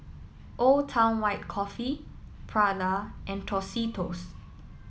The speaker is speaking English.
Old Town White Coffee Prada and Tostitos